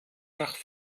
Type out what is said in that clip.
nach